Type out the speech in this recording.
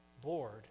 bored